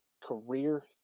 career